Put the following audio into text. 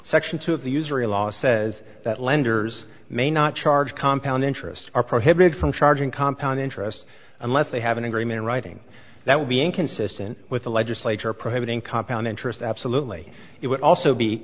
section two of the usury law says that lenders may not charge compound interest are prohibited from charging compound interest unless they have an agreement in writing that would be inconsistent with the legislature prohibiting compound interest absolutely it would also be